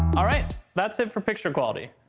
alright! that's it for picture quality.